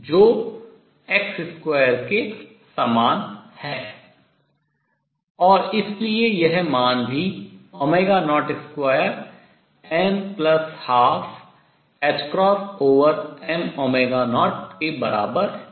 जो x2 के समान है और इसलिए यह मान भी 02n12m0 के बराबर होने वाला है